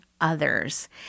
others